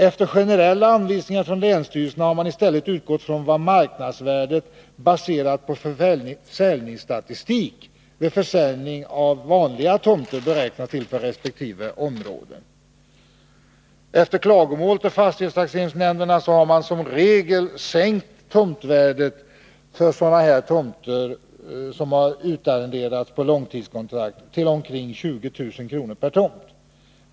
Efter generella anvisningar från länsstyrelserna har man i stället utgått från vad marknadsvärdet, baserat på försäljningsstatistik vid försäljning av vanliga tomter, har beräknats till för resp. områden. Efter klagomål till fastighetstaxeringsnämnderna har som regel tomtvärdet sänkts för sådana här tomter, som är utarrenderade på långtidskontrakt, till omkring 20 000 kr. per tomt.